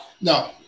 no